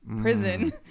prison